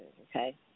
okay